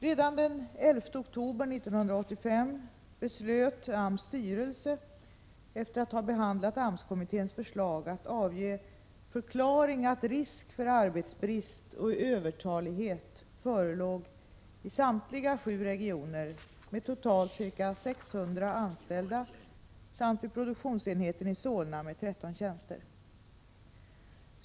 Redan den 11 oktober 1985 beslöt AMS styrelse, efter att ha behandlat AMS-kommitténs förslag, att avge en förklaring att risk för arbetsbrist och övertalighet förelåg i samtliga sju regioner med totalt ca 600 anställda samt vid produktionsenheten i Solna med 13 tjänster.